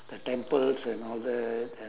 the temples and all that and